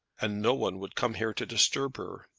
and no one would come here to disturb her.